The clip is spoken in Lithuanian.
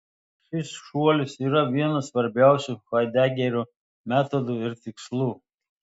šis šuolis yra vienas svarbiausių haidegerio metodų ir tikslų